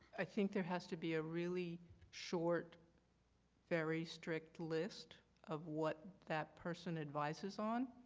i think there has to be a really short very strict list of what that person advises on.